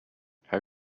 how